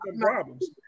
problems